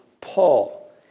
Paul